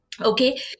Okay